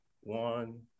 one